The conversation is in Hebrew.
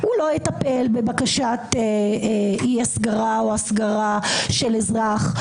הוא לא יטפל בבקשת אי-הסגרה או הסגרה של אזרח.